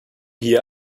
hier